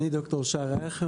אני ד"ר שי רייכר,